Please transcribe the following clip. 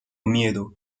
miedo